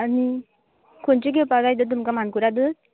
आनी खंयचे घेवपा जाय ते तुमका मानकुराद